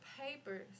papers